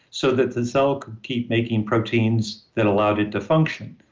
so that the cell could keep making proteins that allowed it to function.